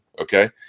okay